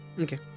Okay